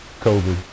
COVID